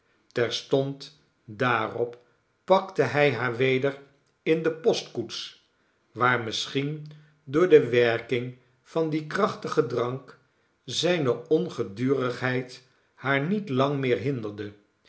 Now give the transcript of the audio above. terstond daarop pakte hij haar weder in de postkoets waar misschien door de werking van dien krachtigen drank zijne ongedurigheid haar niet lang meer hinderde